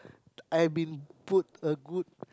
I have been put a good